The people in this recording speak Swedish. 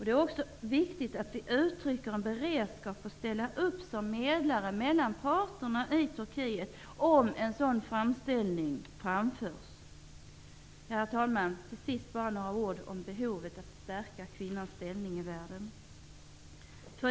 Det är också viktigt att vi uttrycker en beredskap att ställa upp som medlare mellan parterna i Turkiet om det kommer en sådan framställning. Herr talman! Till sist några ord om behovet av att stärka kvinnans ställning i världen.